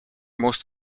most